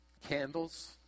candles